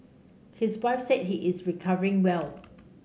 his wife said he is recovering well